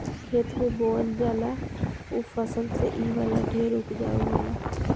खेत में बोअल जाला ऊ फसल से इ वाला ढेर उपजाउ होला